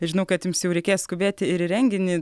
žinau kad jums jau reikės skubėti ir į renginį